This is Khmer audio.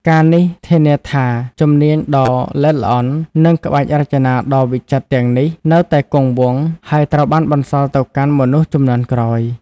ការណ៍នេះធានាថាជំនាញដ៏ល្អិតល្អន់ និងក្បាច់រចនាដ៏វិចិត្រទាំងនេះនៅតែគង់វង្ស ហើយត្រូវបានបន្សល់ទៅកាន់មនុស្សជំនាន់ក្រោយ។